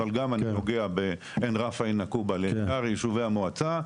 אבל גם אני נוגע בעיין רפא ועין נקובא לשאר ישובי המועצה.